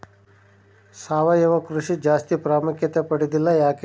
ಸಾವಯವ ಕೃಷಿ ಜಾಸ್ತಿ ಪ್ರಾಮುಖ್ಯತೆ ಪಡೆದಿಲ್ಲ ಯಾಕೆ?